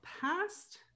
past